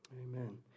Amen